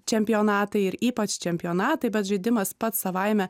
čempionatai ir ypač čempionatai bet žaidimas pats savaime